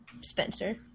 Spencer